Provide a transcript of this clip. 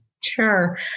Sure